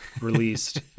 released